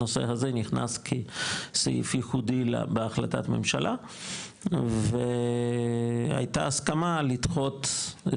הנושא הזה נכנס כסעיף ייחודי בהחלטת ממשלה והייתה הסכמה לפצל